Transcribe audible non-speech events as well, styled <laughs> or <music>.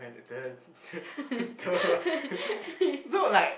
<laughs>